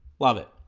love it